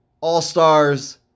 All-Stars